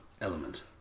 element